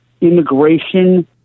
immigration